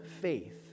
faith